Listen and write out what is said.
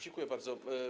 Dziękuję bardzo.